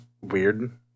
weird